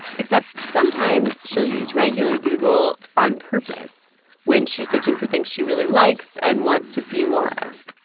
except sometimes she'll use regular google on purpose when she's searching for things she really likes and wants to see more of.